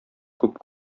күп